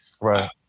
Right